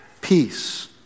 peace